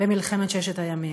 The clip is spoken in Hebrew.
במלחמת ששת הימים.